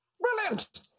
brilliant